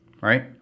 right